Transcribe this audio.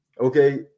Okay